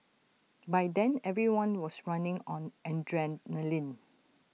by then everyone was running on adrenaline